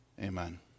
Amen